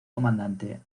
comandante